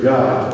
God